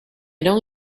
don’t